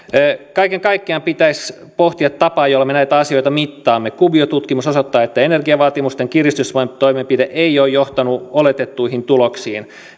kaiken kaikkiaan pitäisi pohtia tapaa jolla me näitä asioita mittaamme kuviotutkimus osoittaa että energiavaatimusten kiristystoimenpide ei ole johtanut oletettuihin tuloksiin